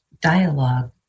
dialogue